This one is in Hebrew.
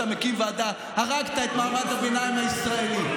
אתה מקים ועדה, הרגת את מעמד הביניים הישראלי.